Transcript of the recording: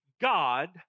God